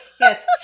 yes